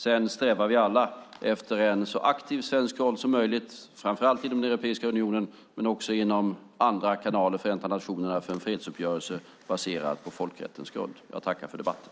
Vi strävar alla efter en så aktiv svensk roll som möjligt, framför allt inom den europeiska unionen men också genom andra kanaler som Förenta nationerna, i en fredsuppgörelse baserad på folkrättens grund. Jag tackar för debatten.